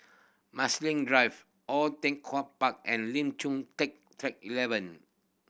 Marsiling Drive Oei Tiong Ham Park and Lim Chu Kang Track Eleven